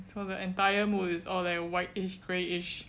so the entire mood is like white-ish grey-ish